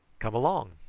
come along.